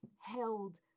held